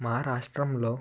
మా రాష్ట్రంలో